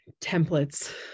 templates